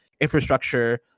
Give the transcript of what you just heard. infrastructure